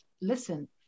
listen